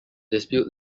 dispute